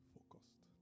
Focused